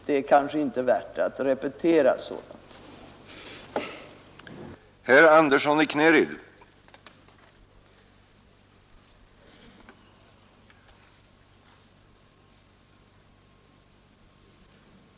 Det är kanske inte värt att repetera sådana uppgörelser.